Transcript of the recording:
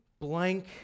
blank